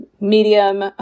medium